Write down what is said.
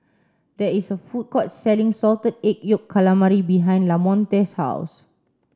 there is a food court selling salted egg yolk calamari behind Lamonte's house